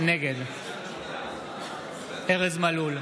נגד ארז מלול,